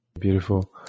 Beautiful